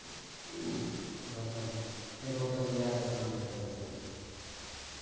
घर तर फेर ओतयसँ इएहसभ काम होइत रहै छै